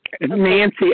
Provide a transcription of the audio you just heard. Nancy